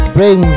Bring